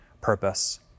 purpose